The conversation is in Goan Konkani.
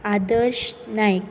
आर्दश नायक